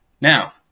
Now